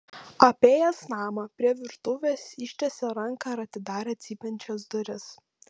apėjęs namą prie virtuvės ištiesė ranką ir atidarė cypiančias duris